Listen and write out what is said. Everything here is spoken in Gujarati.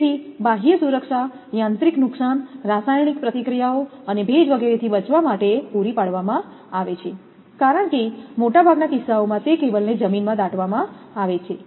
તેથી બાહ્ય સુરક્ષા યાંત્રિક નુકસાન રાસાયણિક પ્રતિક્રિયાઓ અને ભેજ વગેરેથી બચાવવા માટે પૂરી પાડવામાં આવે છે કારણ કે મોટાભાગના કિસ્સાઓમાં તે કેબલને જમીનમાં દાટવામાં આવે છે